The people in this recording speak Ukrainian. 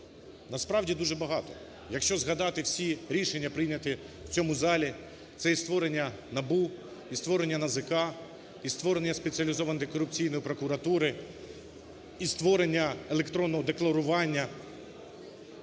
Насправді, дуже багато. Якщо згадати всі рішення, прийняті в цьому залі, - це і створення НАБУ, і створення НАЗК, і створення Спеціалізованої антикорупційної прокуратури, і створення електронного декларування.